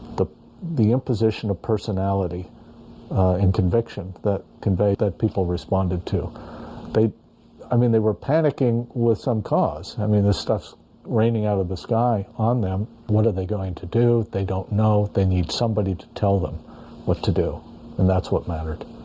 the the imposition of personality in conviction that conveyed that people responded to they i mean they were panicking with some cause i mean this stuff's raining out of the sky on them. what are they going to do? they don't know if they need somebody to tell them what to do and that's what mattered